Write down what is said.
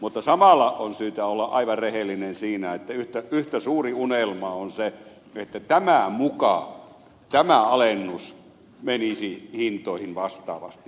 mutta samalla on syytä olla aivan rehellinen siinä että yhtä suuri unelma on se että tämä muka tämä alennus menisi hintoihin vastaavasti